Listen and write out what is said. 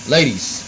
Ladies